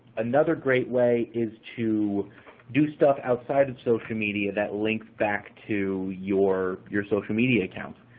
another great way is to do stuff outside of social media that links back to your your social media accounts.